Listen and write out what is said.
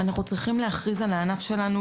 אנחנו צריכים להכריז על הענף שלנו,